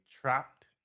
trapped